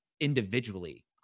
individually